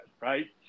right